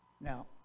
Now